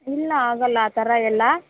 ಇಲ್ಲ ಆಗೋಲ್ಲ ಆ ಥರ ಎಲ್ಲ